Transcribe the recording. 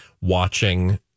watching